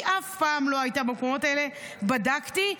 היא אף פעם לא הייתה במקומות האלה, בדקתי.